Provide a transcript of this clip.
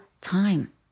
time